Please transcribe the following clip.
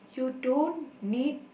you don't need